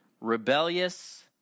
rebellious